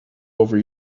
over